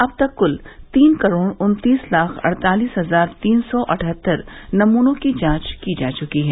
अब तक कूल तीन करोड़ उन्तीस लाख अड़तालीस हजार तीन सौ अठहत्तर नमूनों की जांच की जा चुकी है